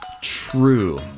True